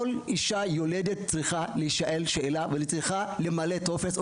כל אישה יולדת צריכה למלא להישאל ולמלא טופס.